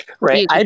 right